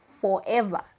forever